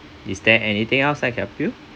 is there anything else I can help you